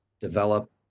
develop